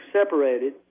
separated